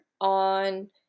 on